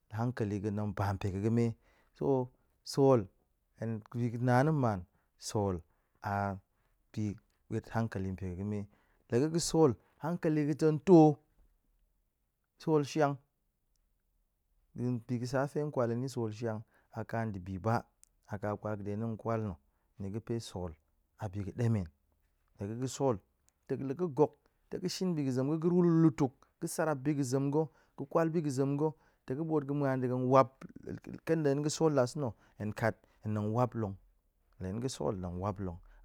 Hankali ga̱ tong ba pe ga̱ ga̱me, so sol, hen bi ga̱ na na̱n man sol a bi ɓuet hankali pe ga̱ ga̱me. La ga̱ ga̱ sol hankali ga̱ tong to sol shiang ɗa̱a̱n bi ga̱ sa hen kwal fe sol shiang, a ka dibi ba a ka kwal ga̱ ɗe na̱ kwal na̱ ga̱pe sol a bi ga̱ ɗemen. la ga̱ ga̱ sol, dok la ga̱ gok, tong ga̱ shin bi ga̱ zem ga̱, ga̱ ru lutuk ga̱ sarap bi ga̱ zem ga̱, ga̱ kwal biga̱ zem ga̱, tong ga̱ ɓot ɗe ga̱n muan ɗe ga̱n wap ƙen hen ga̱ sol ɗa̱sa̱na̱ hen kat hen wap long, la hen ga̱ sol hen nong wap long.